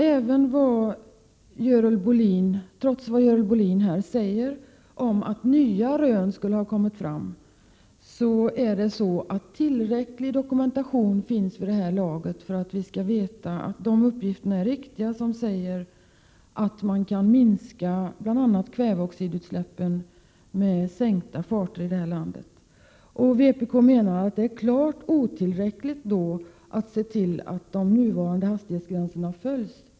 Trots vad Görel Bohlin här säger om att nya rön skulle ha kommit fram, finns det i nuläget tillräcklig dokumentation för att vi skall veta att de uppgifter är riktiga som säger att man kan minska bl.a. kväveoxidutsläppen genom att sänka hastigheterna på vägarna. Vpk menar att det mot den bakgrunden är otillräckligt att se till att de nuvarande hastighetsbestämmelserna följs.